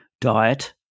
Diet